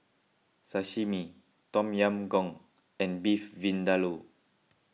Sashimi Tom Yam Goong and Beef Vindaloo